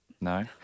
No